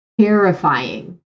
terrifying